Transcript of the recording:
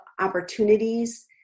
opportunities